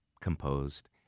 composed